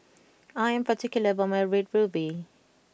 I am particular about my red ruby